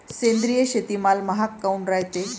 सेंद्रिय शेतीमाल महाग काऊन रायते?